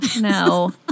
No